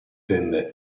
tenne